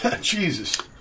Jesus